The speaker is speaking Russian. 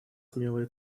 смелые